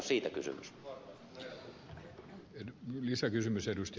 ei ole siitä kysymys